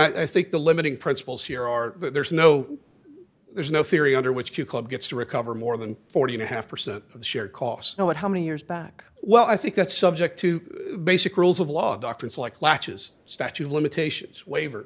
i think the limiting principles here are that there's no there's no theory under which you club gets to recover more than forty and a half percent of the share costs know what how many years back well i think that's subject to basic rules of law doctrines like latches statute of limitations waiver